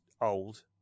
old